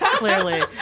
Clearly